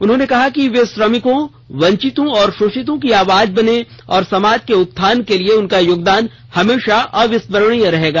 उन्होंने कहा कि छोटू राम श्रमिकों वंचितों और शोषितों की आवाज बने और समाज के उत्थान के लिए उनका योगदान हमेशा अविस्मरणीय रहेगा